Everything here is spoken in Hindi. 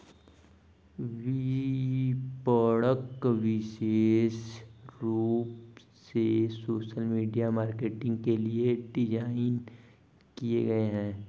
विपणक विशेष रूप से सोशल मीडिया मार्केटिंग के लिए डिज़ाइन किए गए है